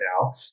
now